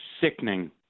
sickening